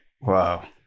wow